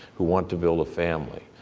who want to build a family,